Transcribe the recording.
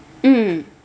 mm